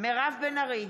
מירב בן ארי,